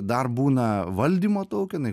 dar būna valdymo taukenai